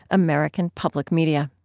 american public media